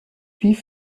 wie